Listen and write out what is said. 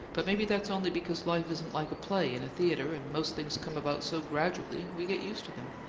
but maybe that's only because life isn't like a play in a theatre, and most things come about so gradually we get used to them.